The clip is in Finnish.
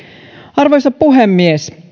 arvoisa puhemies